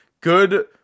good